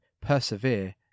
persevere